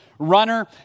Runner